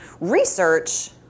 research